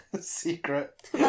Secret